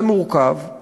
זה מורכב.